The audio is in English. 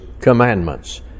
commandments